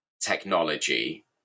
technology